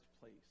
place